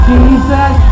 Jesus